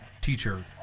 teacher